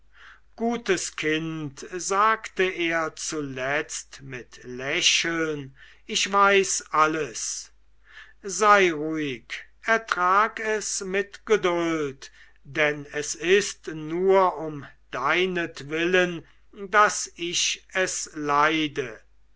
gutes kind sagte er zuletzt mit lächeln ich weiß alles sei ruhig ertrag es mit geduld denn es ist nur um deinetwillen daß ich es leide